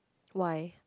why